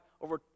over